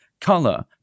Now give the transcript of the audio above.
color